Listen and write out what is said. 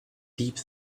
deep